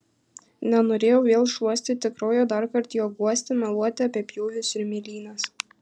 nenorėjau vėl šluostyti kraujo darkart jo guosti meluoti apie pjūvius ir mėlynes